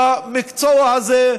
במקצוע הזה,